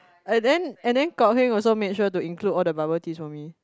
and then and then kok-Heng also make sure to include all the bubble tea for me